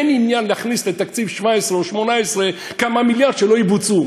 אין עניין להכניס לתקציב 17' או 18' כמה מיליארד שלא יבוצעו.